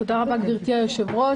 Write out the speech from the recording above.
תודה רבה גברתי היושבת-ראש.